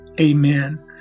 Amen